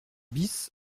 bis